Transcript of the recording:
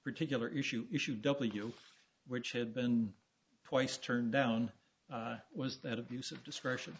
particular issue issue w which had been twice turned down was that abuse of discretion